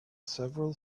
several